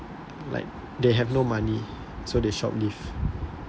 like they have no money so they shoplift